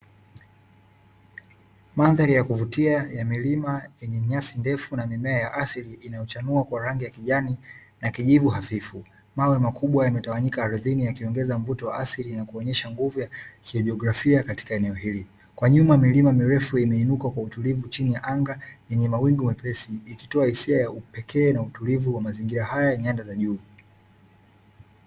Mandhari ya kuvutia ya milima yenye nyasi ndefu na mimea ya asili, inayochanua kwa rangi ya kijani na kijivu hafifu. Mawe makubwa yametawanyika ardhini yakiongeza mvuto wa asili, na kuonyesha nguvu ya kigeografia katika eneo hili. Kwa nyuma milima mirefu imeinuka kwa utulivu chini ya anga lenye mawingu mepesi, likitoa hisia ya upekee na utulivu wa mazingira haya ya nyanda za juu.